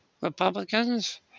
Republicans